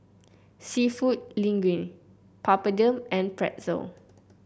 seafood Linguine Papadum and Pretzel